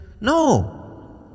No